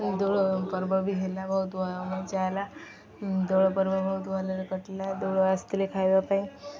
ଦୋଳ ପର୍ବ ବି ହେଲା ବହୁତ ମଜା ହେଲା ଦୋଳ ପର୍ବ ବହୁତ ଭଲରେ କଟିଲା ଦୋଳ ଆସିଥିଲେ ଖାଇବା ପାଇଁ